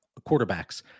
quarterbacks